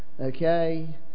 okay